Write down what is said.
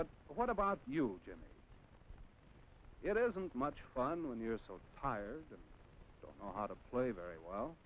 but what about you jim it isn't much fun when you're so tired i don't know how to play very well